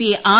P R